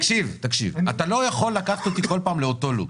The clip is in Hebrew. אתה לא יכול לקחת אותי בכל פעם לאותו loop.